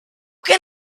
can